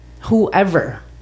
whoever